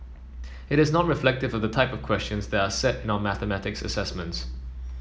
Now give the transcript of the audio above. it is not reflective of the type questions that are set in our mathematic assessments